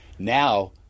Now